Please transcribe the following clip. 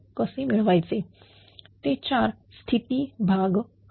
कसे मिळवायचे ते 4 स्थिती भाग आहेत